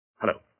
Hello